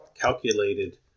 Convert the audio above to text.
calculated